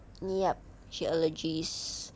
yup she allergies